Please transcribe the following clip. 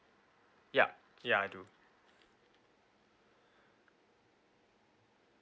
yup ya I do